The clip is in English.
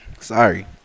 Sorry